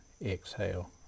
exhale